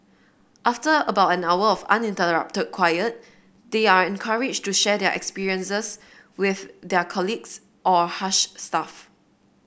after about an hour of uninterrupted quiet they are encouraged to share their experiences with their colleagues or Hush staff